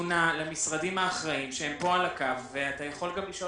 נתונה למשרדים האחראים שהם פה על הקו ואתה יכול לשאול